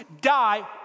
die